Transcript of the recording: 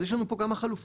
אז יש לנו פה כמה חלופות,